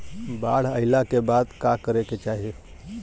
बाढ़ आइला के बाद का करे के चाही?